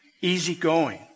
easygoing